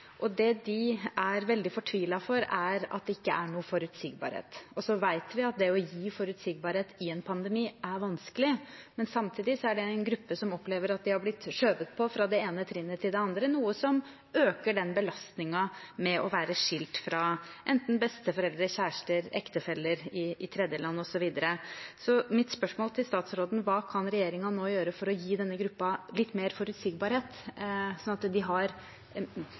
Det de er veldig fortvilt over, er at det ikke er noen forutsigbarhet. Vi vet at det å gi forutsigbarhet i en pandemi er vanskelig, men samtidig er det en gruppe som opplever at de har blitt skjøvet på fra det ene trinnet til det andre, noe som øker den belastningen ved å være skilt fra enten besteforeldre, kjæreste eller ektefelle i tredjeland osv. Mitt spørsmål til statsråden er: Hva kan regjeringen nå gjøre for å gi denne gruppen litt mer forutsigbarhet, slik at de har